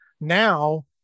Now